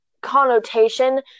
connotation